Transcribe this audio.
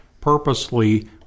purposely